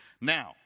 Now